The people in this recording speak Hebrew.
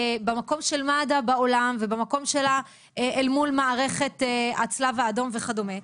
במקום של מד"א בעולם ובמקום שלה אל מול מערכת הצלב האדום וכדומה,